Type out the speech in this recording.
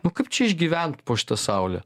nu kaip čia išgyvent po šita saule